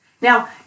Now